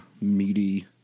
meaty